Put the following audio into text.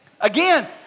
Again